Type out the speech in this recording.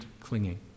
clinging